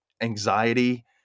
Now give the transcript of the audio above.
anxiety